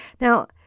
Now